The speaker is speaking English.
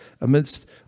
Amidst